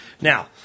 Now